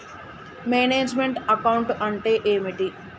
Manage meant account అంటే ఏమిటి?